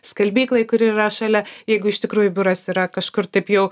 skalbyklai kuri yra šalia jeigu iš tikrųjų biuras yra kažkur taip jau